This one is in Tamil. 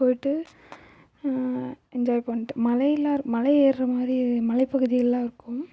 போயிட்டு என்ஜாய் பண்ணிட்டு மலையெல்லாம் மலை ஏர்ற மாதிரி மலைப் பகுதிகள்லாம் இருக்கும்